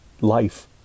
life